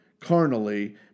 carnally